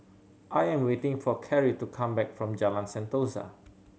I am waiting for Cari to come back from Jalan Sentosa